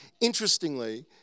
Interestingly